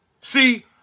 See